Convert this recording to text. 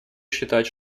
считать